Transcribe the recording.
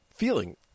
feeling